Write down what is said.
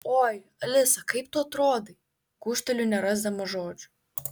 oi alisa kaip tu atrodai gūžteliu nerasdama žodžių